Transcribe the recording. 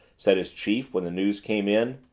said his chief when the news came in.